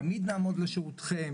תמיד לעמוד לשירותכם.